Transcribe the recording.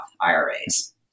IRAs